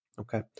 Okay